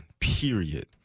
period